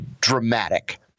dramatic